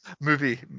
Movie